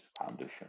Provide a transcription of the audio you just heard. foundation